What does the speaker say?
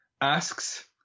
asks